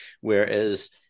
whereas